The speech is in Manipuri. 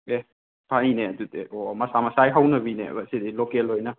ꯑꯦ ꯐꯩꯅ ꯑꯗꯨꯗꯤ ꯑꯣ ꯃꯁꯥ ꯃꯁꯥꯒꯤ ꯍꯧꯅꯕꯤꯅꯦꯕ ꯁꯤꯗꯤ ꯂꯣꯀꯦꯜ ꯑꯣꯏꯅ